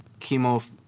chemo